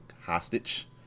hostage